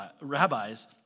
rabbis